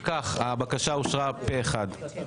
אם כך, הבקשה אושרה פה אחד.